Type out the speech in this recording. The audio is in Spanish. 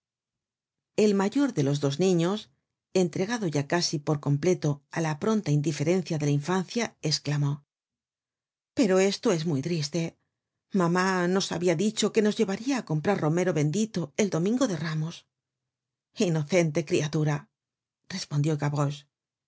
el mayor de los dos niños entregado ya casi por completo á la pronta indiferencia de la infancia esclamó pero esto es muy triste mamá nos habia dicho que nos llevaria á comprar romero bendito el domingo de ramos inocente criatura respondió